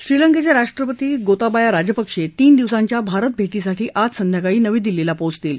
श्रीलंकेचे राष्ट्रपती गोताबाया राजपक्षे तीन दिवसांच्या भारत भेटीसाठी आज संध्याकाळी नवी दिल्लीला पोचतील